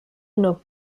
nur